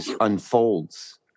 unfolds